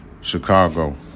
Chicago